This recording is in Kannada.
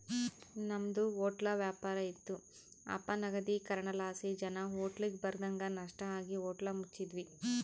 ನಮ್ದು ಹೊಟ್ಲ ವ್ಯಾಪಾರ ಇತ್ತು ಅಪನಗದೀಕರಣಲಾಸಿ ಜನ ಹೋಟ್ಲಿಗ್ ಬರದಂಗ ನಷ್ಟ ಆಗಿ ಹೋಟ್ಲ ಮುಚ್ಚಿದ್ವಿ